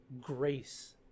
grace